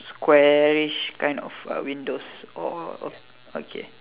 squarish kind of uh windows oh okay